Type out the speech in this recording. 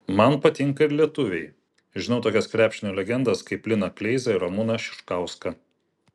man patinka ir lietuviai žinau tokias krepšinio legendas kaip liną kleizą ir ramūną šiškauską